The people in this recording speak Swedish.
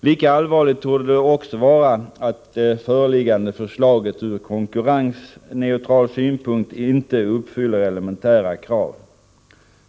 Lika allvarligt torde det också vara att det föreliggande förslaget ur konkurrensneutral synpunkt inte uppfyller elementära krav.